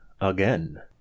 again